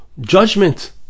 judgment